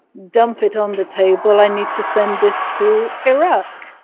dump it on the table. i need to send this to iraq.